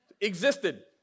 existed